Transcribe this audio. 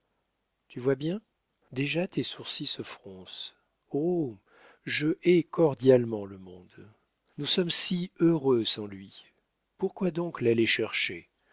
tu vois bien déjà tes sourcils se froncent oh je hais cordialement le monde nous sommes si heureux sans lui pourquoi donc l'aller chercher